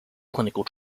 clinical